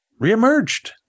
reemerged